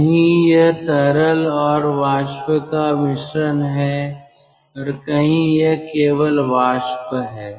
कहीं यह तरल और वाष्प का मिश्रण है और कहीं यह केवल वाष्प है